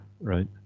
Right